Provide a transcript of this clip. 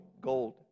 gold